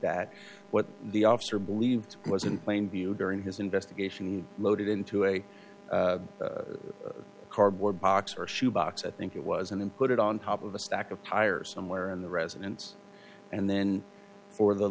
that what the officer believed was in plain view during his investigation loaded into a cardboard box or shoe box i think it was and put it on top of a stack of tires somewhere in the residence and then for the